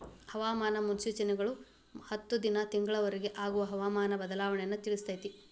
ಹವಾಮಾನ ಮುನ್ಸೂಚನೆಗಳು ಹತ್ತು ದಿನಾ ತಿಂಗಳ ವರಿಗೆ ಆಗುವ ಹವಾಮಾನ ಬದಲಾವಣೆಯನ್ನಾ ತಿಳ್ಸಿತೈತಿ